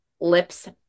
lips